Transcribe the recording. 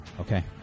Okay